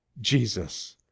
Jesus